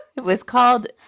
it was called,